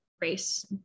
race